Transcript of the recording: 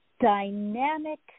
dynamic